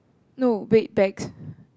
no big bags